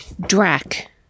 Drac